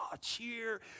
cheer